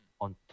on